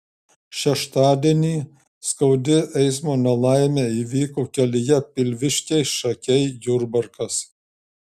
šeštadienį skaudi eismo nelaimė įvyko kelyje pilviškiai šakiai jurbarkas